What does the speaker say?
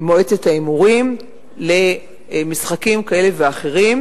למועצת ההימורים למשחקים כאלה ואחרים.